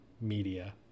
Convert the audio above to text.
media